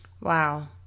Wow